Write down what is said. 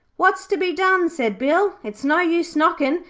what's to be done said bill. it's no use knockin,